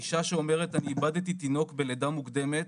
אישה שאומרת "..אני איבדתי תינוק בלידה מוקדמת,